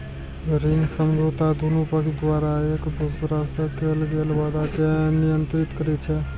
ऋण समझौता दुनू पक्ष द्वारा एक दोसरा सं कैल गेल वादा कें नियंत्रित करै छै